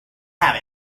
have